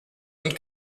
und